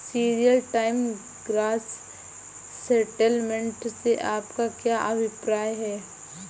Real time gross settlement से आपका क्या अभिप्राय है?